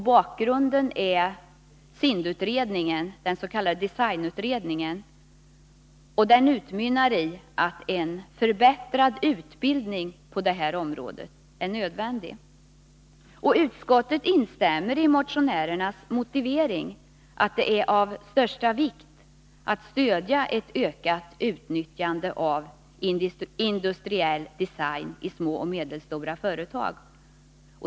Bakgrunden är SIND:s s.k. designutredning, som utmynnar i att en förbättrad utbildning på detta område är nödvändig. Utskottet instämmer i motionärernas motivering att det är av största vikt att stödja ett ökat utnyttjande av industriell design i små och medelstora företag.